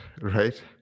right